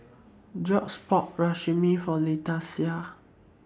Gorge's bought Rajma For Leticia